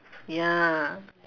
ya